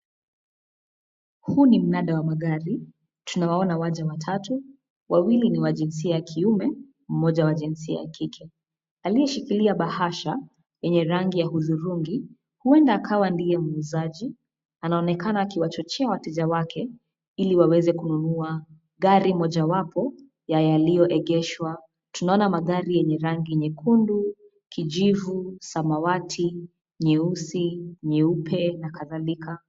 Huu ni mnada wa magari, tunawaona waja watatu. Wawili ni wa jinsia ya kiume, mmoja wa jinsia ya kike. Aliyeshikilia bahasha enye rangi ya hudhurungi, huenda akawa ndiye muuzaji, anaonekana akiwachochea wateja wake ili waweze kununua gari mojawapo ya yaliyoegeshwa. Tunaona magari yenye rangi nyekundu, kijivu, samawati, nyeusi, nyeupe na kadhalika.